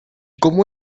como